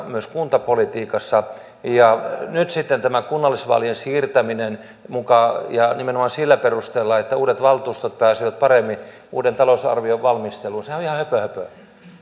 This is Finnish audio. myös kuntapolitiikassa ja nyt sitten tämä kunnallisvaalien siirtäminen nimenomaan sillä perusteella että uudet valtuustot pääsevät paremmin uuden talousarvion valmisteluun sehän on ihan höpö höpöä